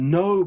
no